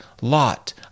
lot